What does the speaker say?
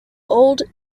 old